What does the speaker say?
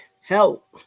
help